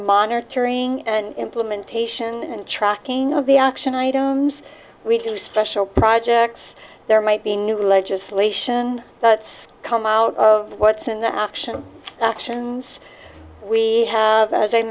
monitoring implementation and tracking of the auction items we do special projects there might be new legislation that's come out of what's in the auction actions we have a